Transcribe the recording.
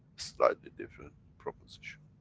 slightly different proposition,